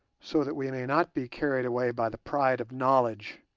so that we may not be carried away by the pride of knowledge.